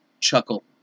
chuckle